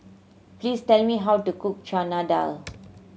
please tell me how to cook Chana Dal